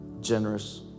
generous